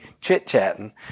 chit-chatting